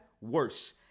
worse